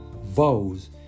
vows